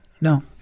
No